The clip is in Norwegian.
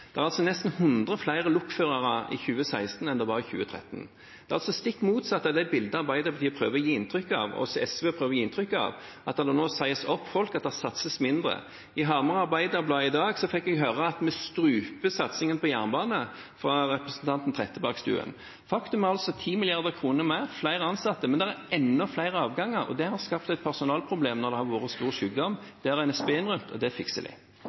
enn det var i 2013. Det er altså stikk motsatt av det bildet Arbeiderpartiet – og også SV – prøver å gi inntrykk av, at det nå sies opp folk, at det satses mindre. I Hamar Arbeiderblad i dag fikk jeg høre fra representanten Trettebergstuen at vi struper satsingen på jernbane. Faktum er 10 mrd. kr mer og flere ansatte. Men det er enda flere avganger, og det har skapt et personalproblem når det har vært mye sykdom. Det har NSB innrømmet, og det fikser de.